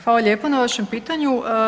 Hvala lijepo na vašem pitanju.